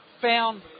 found